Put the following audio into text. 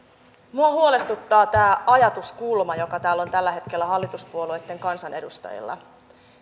minua huolestuttaa tämä ajatuskulma joka täällä on tällä hetkellä hallituspuolueitten kansanedustajilla